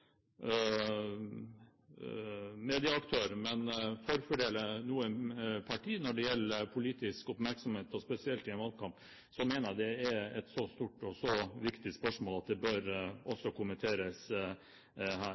medieaktør, men forfordeler noen partier når det gjelder politisk oppmerksomhet, og spesielt i en valgkamp, mener jeg det er et så stort og viktig spørsmål at det bør kommenteres her.